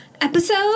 episode